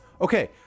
Okay